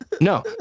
No